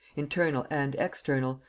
internal and external,